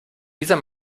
dieser